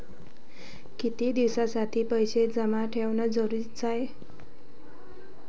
कितीक दिसासाठी पैसे जमा ठेवणं जरुरीच हाय?